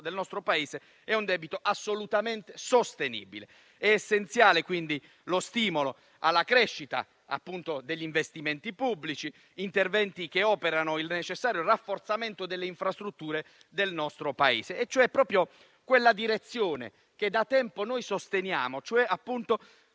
del nostro Paese è assolutamente sostenibile. È essenziale quindi lo stimolo alla crescita degli investimenti pubblici, con interventi che operino il necessario rafforzamento delle infrastrutture del nostro Paese. Si va proprio nella direzione che noi sosteniamo da